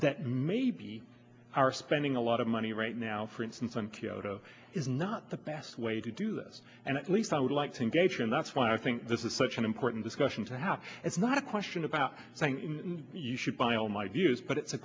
that maybe are spending a lot of money right now for instance on kyoto is not the best way to do this and at least i would like to engage and that's why i think this is such an important discussion to have it's not a question about you should buy all my views but it's a